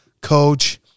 coach